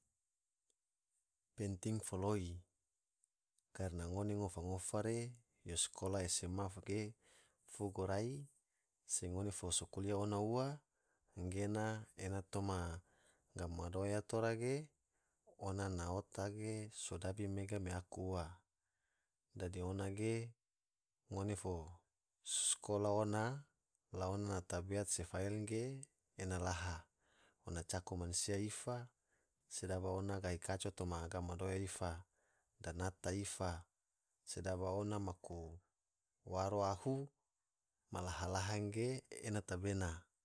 Penting foloi karana ngone ngofa ngofa re yo skolah sma ge fugo rai se ngone fo so kuliah ona ua anggena ona toma gam madoya tora ge ona na otak ge sodabi mega me aku ua, dadi ona ge ngone fo so sakola ona la ona na tabeat se fael ge ena laha, ona cako mansia ifa, sedaba ona gahi kaco toma gam madoya ifa, danata ifa, sedaba ona maku waro ahu ma laha laha ge ena tabe.